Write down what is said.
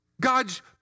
God's